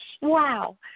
Wow